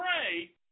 pray